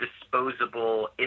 disposable